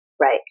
Right